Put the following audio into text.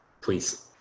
Please